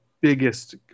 biggest